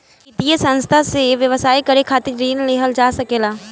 वित्तीय संस्था से व्यवसाय करे खातिर ऋण लेहल जा सकेला